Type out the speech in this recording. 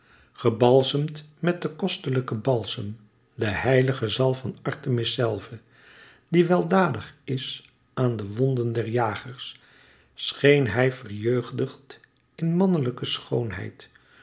gebalsemd met den kostelijken balsem de heilige zalf van artemis zelve die weldadig is aan de wonden der jagers scheen hij verjeugdigd in mannelijke schoonheid